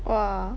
!wah!